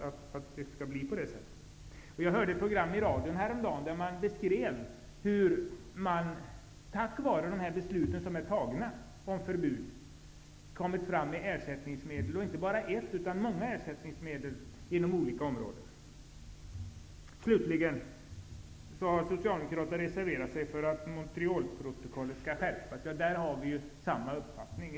Jag lyssnade på ett program i radion häromdagen, där det beskrevs hur man tack vare beslut som fattats om förbud tagit fram ersättningsmedel. Det rör sig inte om ett ersättningsmedel utan om många sådana inom olika områden. Slutligen: Socialdemokraterna har reserverat sig när det gäller frågan om en skärpning av Montrealprotokollet. På den punkten har vi samma uppfattning.